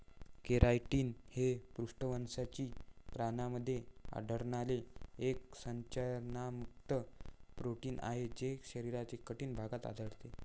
keratin हे पृष्ठवंशी प्राण्यांमध्ये आढळणारे एक संरचनात्मक प्रोटीन आहे जे शरीराच्या कठीण भागात आढळतात